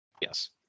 Yes